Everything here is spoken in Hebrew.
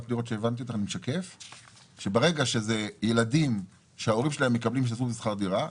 ברגע שזה ילדים שההורים שלהם מקבלים סבסוד בשכר דירה,